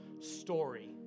story